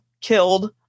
killed